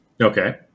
Okay